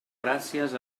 gràcies